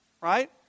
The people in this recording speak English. right